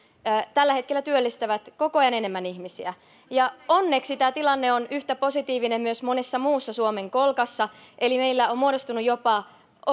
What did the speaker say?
tällä hetkellä työllistävät koko ajan enemmän ihmisiä onneksi tämä tilanne on yhtä positiivinen myös monessa muussa suomen kolkassa eli meillä on muodostunut jopa